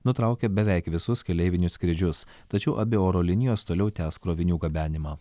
nutraukė beveik visus keleivinius skrydžius tačiau abi oro linijos toliau tęs krovinių gabenimą